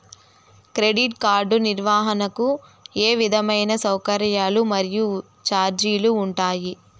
Credit card నిర్వహణకు ఏ విధమైన సౌకర్యాలు మరియు చార్జీలు ఉంటాయా?